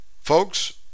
Folks